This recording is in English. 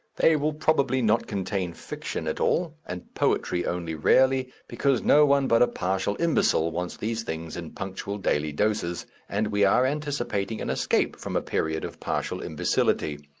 they will probably not contain fiction at all, and poetry only rarely, because no one but partial imbecile wants these things in punctual daily doses, and we are anticipating an escape from a period of partial imbecility.